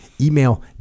Email